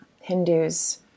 Hindus